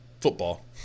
football